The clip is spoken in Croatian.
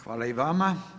Hvala i vama.